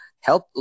help